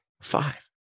five